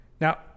Now